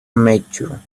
mature